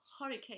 hurricane